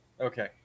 okay